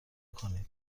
کنید